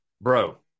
Bro